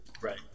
right